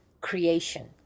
creation